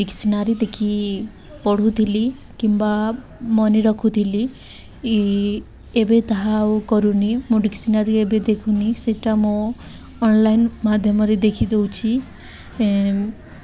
dictionary ଦେଖି ପଢ଼ୁଥିଲି କିମ୍ବା ମନେ ରଖୁଥିଲି ଏବେ ତାହା ଆଉ କରୁନି ମୁଁ ଡିକ୍ସନାରୀ ଏବେ ଦେଖୁନି ସେଇଟା ମୁଁ ଅନ୍ଲାଇନ୍ ମାଧ୍ୟମରେ ଦେଖି ଦଉଛି